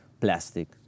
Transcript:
plastic